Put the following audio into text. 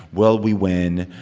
will we win?